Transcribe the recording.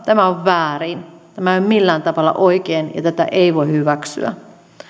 tämä on väärin tämä ei ole millään tavalla oikein ja tätä ei voi hyväksyä